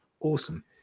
Awesome